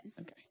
Okay